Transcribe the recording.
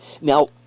now